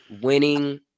winning